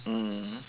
mm